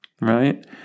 Right